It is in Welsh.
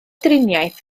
driniaeth